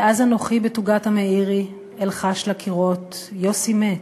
/ ואז אנוכי בתוגת המאירי / אלחש לקירות: יוסי מת,